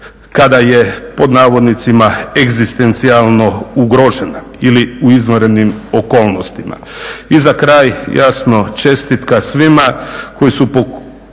kada je pod navodnicima "egzistencijalno ugrožena" ili u izvanrednim okolnostima. I za kraj jasno čestitka svima koji su priskočili